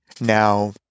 Now